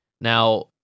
Now